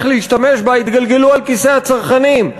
להשתמש בה יתגלגלו אל כיסי הצרכנים,